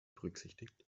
berücksichtigt